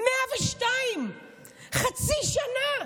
102. חצי שנה.